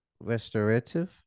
restorative